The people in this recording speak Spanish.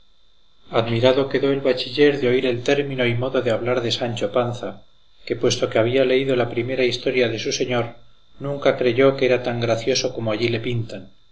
admirado quedó el bachiller de oír el término y modo de hablar de sancho panza que puesto que había leído la primera historia de su señor nunca creyó que era tan gracioso como allí le pintan